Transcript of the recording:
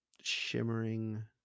shimmering